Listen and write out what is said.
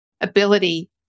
ability